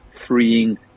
freeing